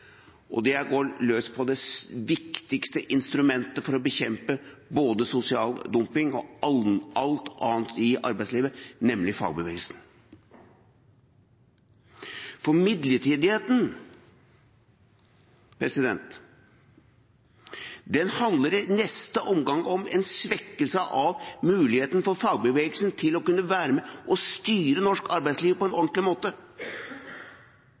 og det er å gå løs på det viktigste instrumentet for å bekjempe både sosial dumping og alt annet i arbeidslivet, nemlig fagbevegelsen. Midlertidigheten handler i neste omgang om en svekkelse av muligheten for fagbevegelsen til å kunne være med og styre norsk arbeidsliv på en ordentlig måte.